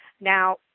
Now